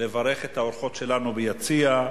לברך את האורחות שלנו ביציע,